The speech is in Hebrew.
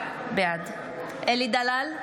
בעד אלי דלל,